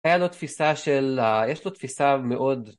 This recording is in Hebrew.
היה לו תפיסה של... יש לו תפיסה מאוד...